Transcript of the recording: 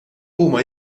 huma